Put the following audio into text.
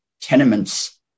tenements